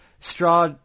Straw